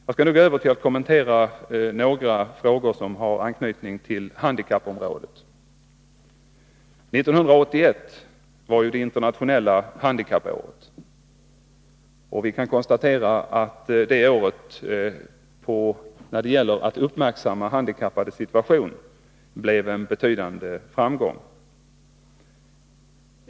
Jag skall nu kommentera några frågor som har anknytning till handikappområdet. 1981 var ju det internationella handikappåret. Vi kan konstatera att arbetet med att uppmärksamma handikappades situation det året blev en betydande framgång.